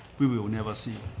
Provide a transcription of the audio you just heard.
we we will never see